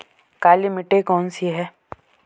काली मिट्टी कौन सी है?